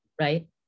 right